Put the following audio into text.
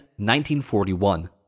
1941